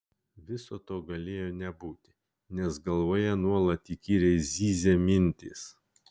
viso to galėjo nebūti nes galvoje nuolat įkyriai zyzė mintys